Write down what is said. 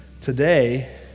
Today